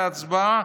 להצבעה,